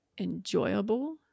enjoyable